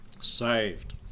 saved